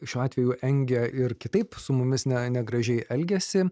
šiuo atveju engia ir kitaip su mumis ne negražiai elgiasi